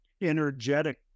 energetic